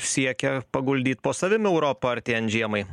siekia paguldyt po savim europą artėjant žiemai